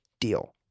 deal